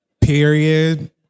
period